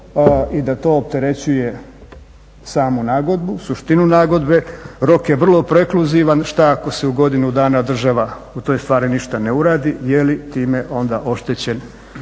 i da to opterećuje samu nagodbu, suštinu nagodbe. Rok je vrlo prekluzivan, šta ako u godinu dana država u toj stvari ništa ne uradi, je li time onda oštećen